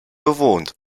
bewohnt